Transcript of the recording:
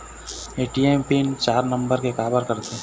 ATM PIN चार number के काबर करथे?